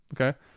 okay